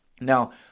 Now